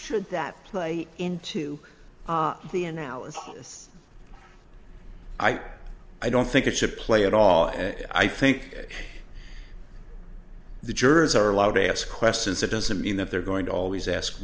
should that play into the a now if this i i don't think it should play at all and i think the jurors are allowed to ask questions that doesn't mean that they're going to always ask